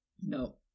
No